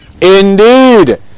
Indeed